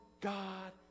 God